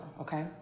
Okay